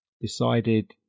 decided